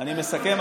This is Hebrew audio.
אני מסכם,